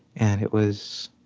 and it was,